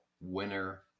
winner